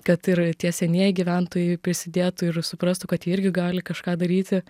kad ir tie senieji gyventojai prisidėtų ir suprastų kad jie irgi gali kažką daryti